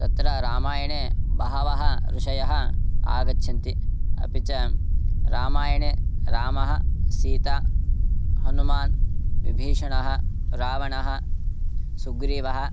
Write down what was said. तत्र रामायणे बहवः ऋषयः आगच्छन्ति अपि च रामायणे रामः सीता हनुमान् विभीषणः रावणः सुग्रीवः